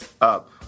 Up